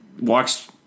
walks